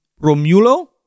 Romulo